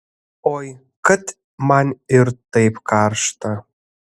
oi kad man ir taip karšta